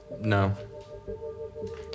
No